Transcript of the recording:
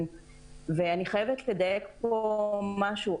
אני חייבת לדייק פה משהו,